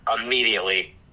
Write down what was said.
immediately